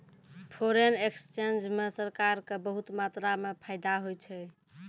foreign exchange म सरकार क बहुत मात्रा म फायदा होय छै